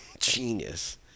genius